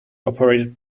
operated